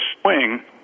swing